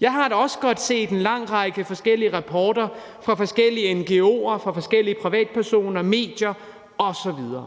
Jeg har da også godt set en lang række forskellige rapporter fra forskellige ngo'er, fra forskellige privatpersoner, medier osv.,